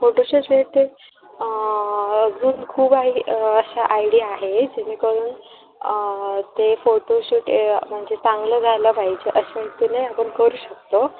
photoshoot मये ते अजून खूप आहे अशा आयडिया आहे जेणेकरून ते फोटोशूट म्हणजे चांगलं झालं पाहिजे अशारितीने आपण करू शकतो